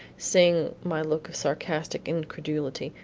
seeing my look of sarcastic incredulity,